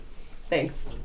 Thanks